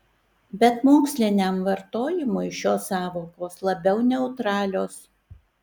bet moksliniam vartojimui šios sąvokos labiau neutralios